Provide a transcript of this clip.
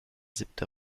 siebte